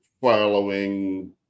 following